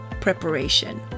preparation